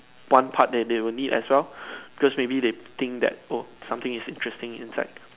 one part that they would need as well because maybe they think that oh something is interesting inside